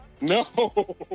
No